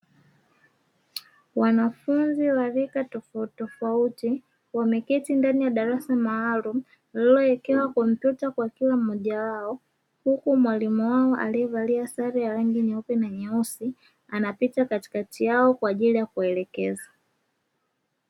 Wanafunzi wa rika tofautitofauti wameketi ndani ya darasa maalumu lililowekewa kompyuta kwa kila mmoja wao, huku mwalimu wao aliyevalia sare ya rangi nyeupe na nyeusi anapita katikati yao kwa ajili ya kuwaelekeza.